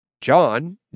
John